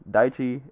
Daichi